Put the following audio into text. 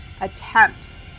attempts